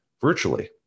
virtually